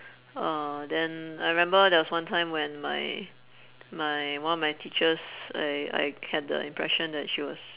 uh then I remember there was one time when my my one of my teachers I I had the impression that she was